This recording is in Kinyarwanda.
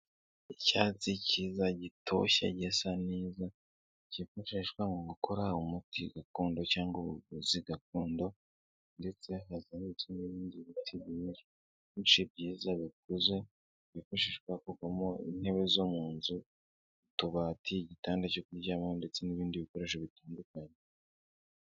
Icyatsi kiza gitoshye gisa neza, kifashishwa mu gukora umuti gakondo cyangwa ubuvuzi gakondo, ndetse hazamutswe n'ibindi biti byinshi byiza bikuze byifashishwa kuvamo intebe zo munzu, utubati, igitanda cyo kuryamaho, ndetse n'ibindi bikoresho bitandukanye.